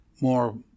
more